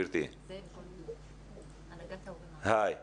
צהריים טובים,